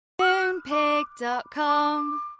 Moonpig.com